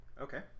okay